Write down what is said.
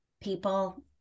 people